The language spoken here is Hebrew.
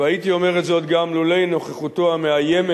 והייתי אומר את זאת גם לולא נוכחותו המאיימת